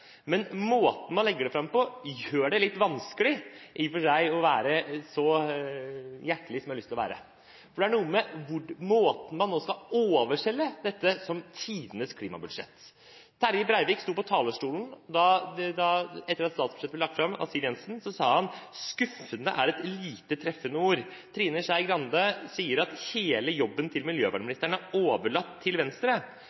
Men måten man legger det fram på, gjør det i og for seg litt vanskelig å være så hjertelig som jeg har lyst til å være. Det er noe med måten man nå skal overselge dette på som tidenes klimabudsjett. Etter at statsbudsjettet ble lagt fram av Siv Jensen, sto Terje Breivik på talerstolen og sa at «skuffande» var et lite treffende ord. Trine Skei Grande sier at hele jobben til